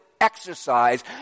exercise